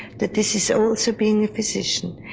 that this is also being a physician,